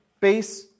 base